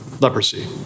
leprosy